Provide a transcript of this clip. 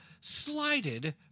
slighted